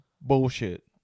Bullshit